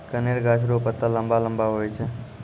कनेर गाछ रो पत्ता लम्बा लम्बा हुवै छै